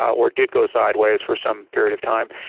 or did go sideways for some period of time.